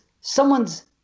someone's –